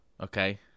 okay